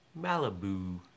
Malibu